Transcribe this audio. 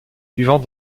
vivant